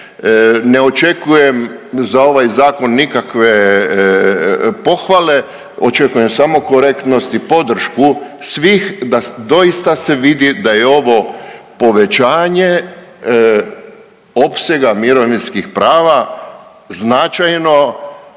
ne očekujem za ovaj zakon nikakve pohvale. Očekujem samo korektnost i podršku svih da doista se vidi da je ovo povećanje opsega mirovinskih prava, značajno